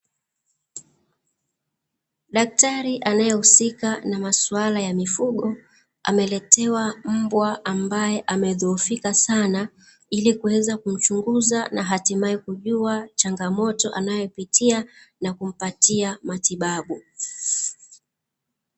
Daktari anayehusika na masuala ya mifugo ameletewa mbwa ambaye amedhoofika sana ili kuweza kumchunguza na hatimaye kujua changamoto anayopitia na kumpatia matibabu.